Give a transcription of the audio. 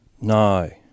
No